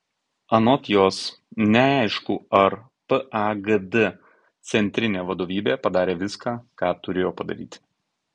anot jos neaišku ar pagd centrinė vadovybė padarė viską ką turėjo padaryti